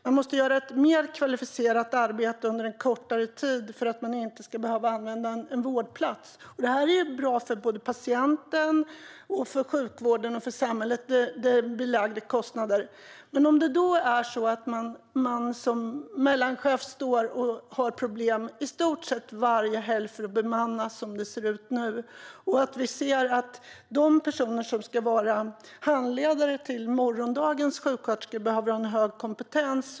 Man måste göra ett mer kvalificerat arbete under en kortare tid för att man inte ska behöva använda en vårdplats. Det är bra för patienten, sjukvården och samhället och kostnaderna blir lägre. Men som mellanchef har man problem med bemanningen inför i stort sett varje helg. De personer som ska vara handledare till morgondagens sjuksköterskor behöver ha hög kompetens.